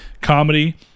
comedy